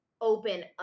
open